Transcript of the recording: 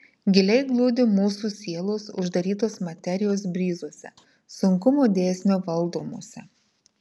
giliai glūdi mūsų sielos uždarytos materijos bryzuose sunkumo dėsnio valdomuose